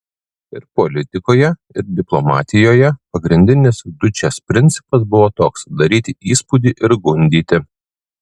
ir politikoje ir diplomatijoje pagrindinis dučės principas buvo toks daryti įspūdį ir gundyti